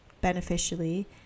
beneficially